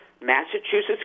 Massachusetts